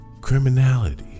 criminality